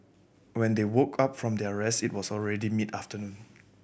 when they woke up from their rest it was already mid afternoon